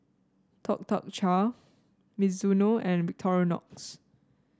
Tuk Tuk Cha Mizuno and Victorinox